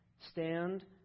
stand